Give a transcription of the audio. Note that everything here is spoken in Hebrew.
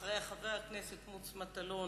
אחריה, חבר הכנסת מוץ מטלון,